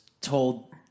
told